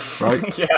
Right